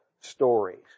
stories